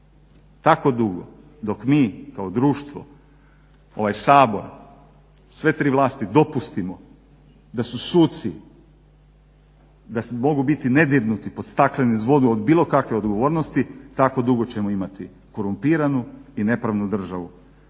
Kako dugo? Dok mi kao društvo, ovaj Sabor sve tri vlasti dopustimo da su suci, da mogu biti ne dirnuti pod staklenim zvonom od bilo kakve odgovornosti tako dugo ćemo imati korumpiranu i nepravednu državu.